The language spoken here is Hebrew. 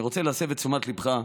אני רוצה להסב את תשומת ליבך: